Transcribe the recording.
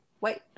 Wait